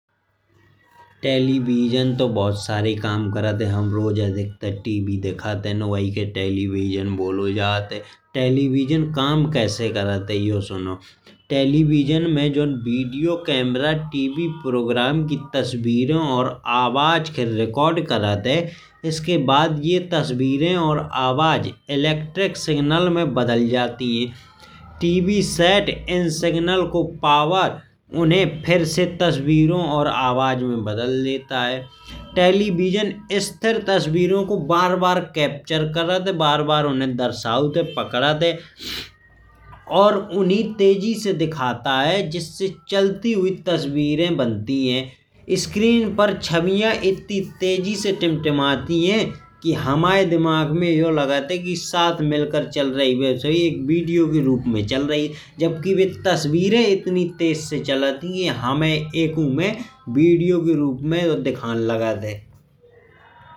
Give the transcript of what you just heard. टेलीविजन तो बहुत सारे काम करत है। हमर रोज अधिकतर टीवी देखत हैं वाही खे टेलीविजन बोलो जात है। टेलीविजन काम कैसे करत है। यो सुनो टेलीविजन में जॉन वीडियो कैमरा टीवी प्रोग्राम की तस्वीरो को आवाज खे रिकॉर्ड करत है। इसके बाद यह तस्वीरे और आवाज इलेक्ट्रिक सिग्नल में बदल जात है। टीवी सेट इन सिग्नल को पावर उन्हें फिर से तस्वीरो और आवाज में बदल देत है। टेलीविजन स्थिर तस्वीरो को बार बार कैप्चर करत है। बार बार उन्हें दर्शावत है पकड़त है और उन्ही तेजी से दिखाता है। जिससे चलती हूई तस्वीरे बनती है स्क्रीन पर छबिया इतनी तेजी से टिमटिमाती है। कि हमराय दिमाग में यो लागत है कि साथ मिलकर चल रही। वैसे ही वीडियो के रूप में चल रही है जबकि बे तस्वीरे इतनी तेज से चलत। ही कि हमें एक उन्हें वीडियो के रूप में दिखाऊं लागत है।